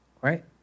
Right